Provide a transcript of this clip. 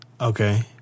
Okay